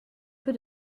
peu